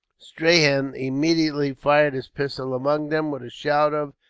strahan immediately fired his pistol among them, with a shout of,